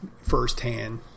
firsthand